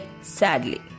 sadly